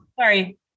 Sorry